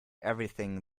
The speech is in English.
everything